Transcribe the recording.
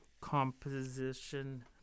Composition